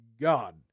God